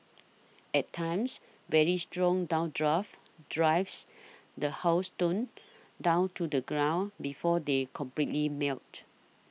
at times very strong downdrafts drives the hailstones down to the ground before they completely melt